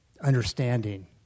understanding